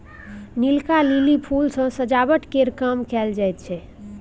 नीलका lily फुल सँ सजावट केर काम कएल जाई छै